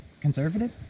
conservative